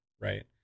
right